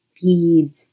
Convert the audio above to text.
feeds